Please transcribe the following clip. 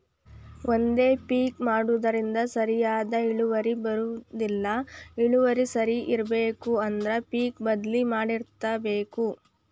ಒಂದೇ ಪಿಕ್ ಮಾಡುದ್ರಿಂದ ಸರಿಯಾದ ಇಳುವರಿ ಬರುದಿಲ್ಲಾ ಇಳುವರಿ ಸರಿ ಇರ್ಬೇಕು ಅಂದ್ರ ಪಿಕ್ ಬದ್ಲಿ ಮಾಡತ್ತಿರ್ಬೇಕ